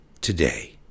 today